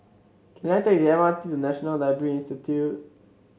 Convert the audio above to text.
can I take the M R T to National Library Institute